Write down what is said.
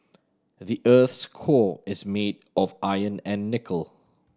the earth's core is made of iron and nickel